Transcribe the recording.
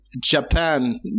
Japan